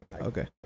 okay